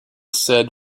said